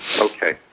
Okay